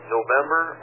November